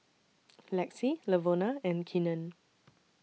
Lexi Lavona and Keenan